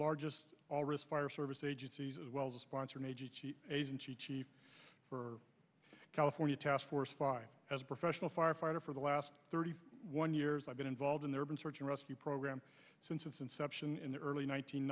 largest all responder service agencies as well as a sponsor agency chief for california task force five as a professional firefighter for the last thirty one years i've been involved in their been search and rescue program since its inception in the early